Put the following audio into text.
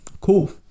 cool